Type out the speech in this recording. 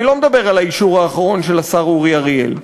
אני לא מדבר על האישור האחרון של השר אורי אריאל.